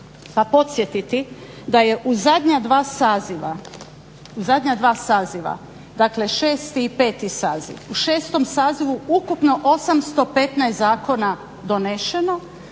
pa podsjetiti da je u zadnja dva saziva, dakle 6. i 5. sazivu ukupno 815 zakona doneseno,